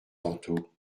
tantôt